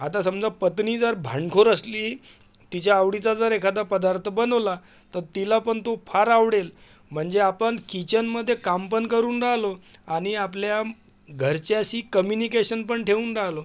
आता समजा पत्नी जर भांडखोर असली तिच्या आवडीचा जर एखादा पदार्थ बनवला तर तिला पण तो फार आवडेल म्हणजे आपण किचनमध्ये काम पण करून राहिलो आणि आपल्या घरच्याशी कम्युनिकेशन पण ठेवून राहिलो